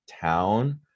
town